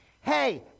hey